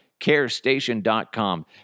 carestation.com